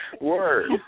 Word